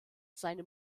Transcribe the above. seine